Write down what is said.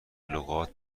لغات